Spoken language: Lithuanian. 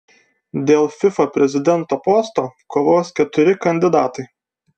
dėl fifa prezidento posto kovos keturi kandidatai